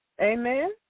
Amen